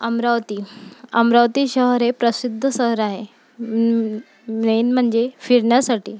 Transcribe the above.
अमरावती अमरावती शहर हे प्रसिद्ध शहर आहे मेन म्हणजे फिरण्यासाठी